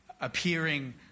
appearing